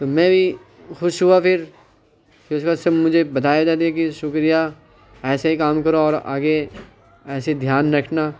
تو میں بھی خوش ہوا پھر پھر اس کے بعد سب مجھے بدھائی ودھائی دی کہ شکریہ ایسے ہی کام کرو اور آگے ایسے دھیان رکھنا